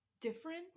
different